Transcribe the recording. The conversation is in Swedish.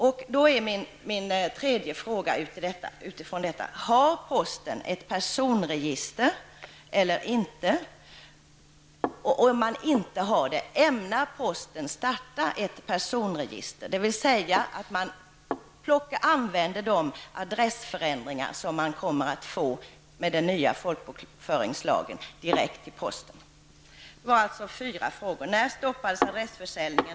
Utifrån detta är min tredje fråga: Har posten ett personregister eller inte? Om man inte har det, ämnar posten att starta ett personregister, dvs. använda de ad ressförändringar som man med den nya folkbokföringslagen kommer att få direkt till posten? Det var alltså fyra frågor: När stoppades adressförsäljningen.